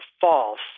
false